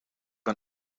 een